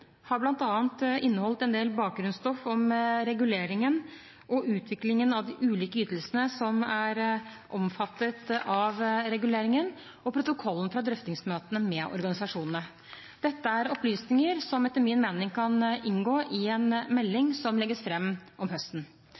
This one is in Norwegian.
har bl.a. inneholdt en del bakgrunnsstoff om reguleringen og utviklingen av de ulike ytelsene som er omfattet av reguleringen, og protokollen fra drøftingsmøtene med organisasjonene. Dette er opplysninger som etter min mening kan inngå i en melding som legges fram om høsten.